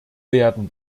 werden